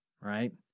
right